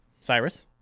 Cyrus